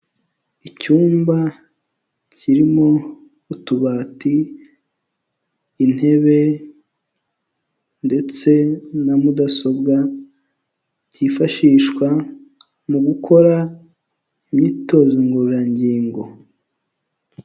Icyumba kirimo utubati intebe ndetse na mudasobwa, byifashishwa mu gukora imyitozo ngororangingo.